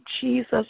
Jesus